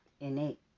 innate